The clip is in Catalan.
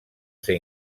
ser